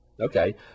Okay